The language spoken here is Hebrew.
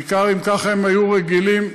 בעיקר אם ככה הם היו רגילים.